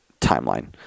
timeline